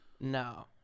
No